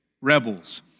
rebels